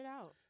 out